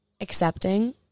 accepting